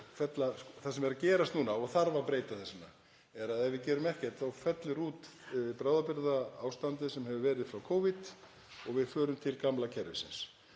það sem er að gerast núna og þarf að breyta þess vegna er að ef við gerum ekkert þá fellur út bráðabirgðaástandið sem hefur verið frá Covid og við förum til gamla kerfisins.